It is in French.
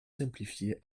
simplifiez